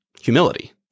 humility